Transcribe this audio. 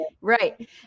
right